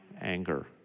anger